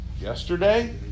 yesterday